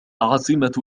عاصمة